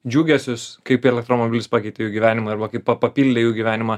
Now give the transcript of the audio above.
džiugesius kaip elektromobilis pakeitė jų gyvenimą arba kaip pa papildė jų gyvenimą